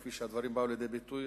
כפי שהדברים באו לידי ביטוי